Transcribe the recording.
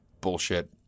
bullshit